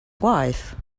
wife